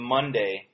Monday